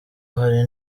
hari